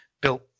built